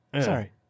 Sorry